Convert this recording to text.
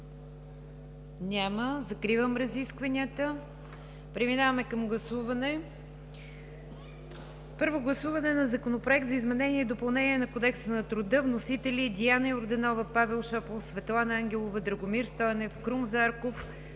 Няма. Закривам разискванията. Преминаваме към гласуване. Първо гласуване на Законопроекта за изменение и допълнение на Кодекса на труда с вносители Диана Йорданова, Павел Шопов, Светлана Ангелова, Драгомир Стойнев, Крум Зарков,